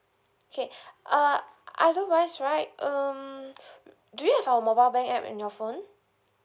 okay uh otherwise right um do you have our mobile bank app in your phone